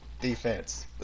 defense